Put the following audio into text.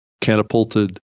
catapulted